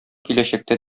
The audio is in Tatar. киләчәктә